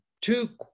Two